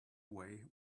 way